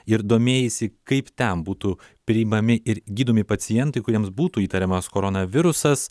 ir domėjaisi kaip ten būtų priimami ir gydomi pacientai kuriems būtų įtariamas koronavirusas